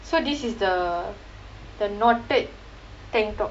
so this is the the knotted tank top